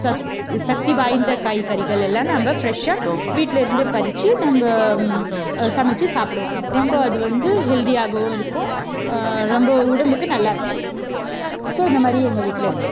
சக்தி வாய்ந்த காய்கறிகள் எல்லாம் நம்ம ஃப்ரெஷ்ஷாக வீட்டில் இருந்தே பறித்து நம்ம சமைச்சி சாப்பிடுவோம் ரொம்ப அது வந்து ஹெல்த்தியாகவும் இருக்கும் ரொம்ப உடம்புக்கு நல்லாயிருக்கும் ஸோ இந்த மாதிரி எங்கள் வீட்டில் இருக்கு